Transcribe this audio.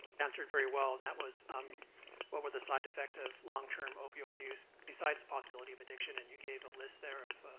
answered very well, and that was what were the side effects of long-term opioid use, besides the possibility of addiction, and you gave a list there of